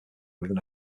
within